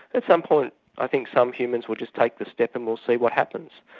at some point i think some humans will just take the step and we'll see what happens.